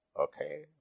okay